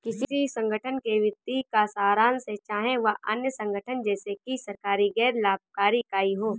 किसी संगठन के वित्तीय का सारांश है चाहे वह अन्य संगठन जैसे कि सरकारी गैर लाभकारी इकाई हो